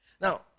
Now